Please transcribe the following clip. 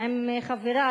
עם חברי,